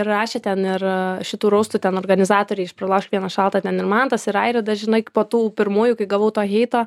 rašėte nėra šitų raustų ten organizatoriai pralauš vieną šaltą ten ir mantas ir airė dažnai po tų pirmųjų kai gavau tą rytą